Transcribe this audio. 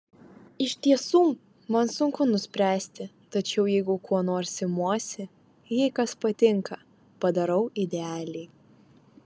iš tiesų man sunku nuspręsti tačiau jeigu ko nors imuosi jei kas patinka padarau idealiai